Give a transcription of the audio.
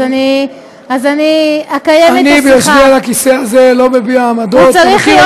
ואני בטוחה שחבר הכנסת אוחנה עם כל חברי הוועדה ינתחו את זה כמו שצריך.